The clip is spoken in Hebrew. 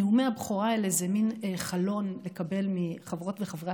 נאומי הבכורה האלה זה מין חלון לקבל מחברות וחברי